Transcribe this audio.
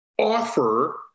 offer